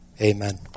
Amen